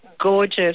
gorgeous